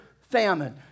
famine